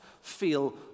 feel